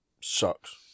sucks